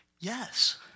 Yes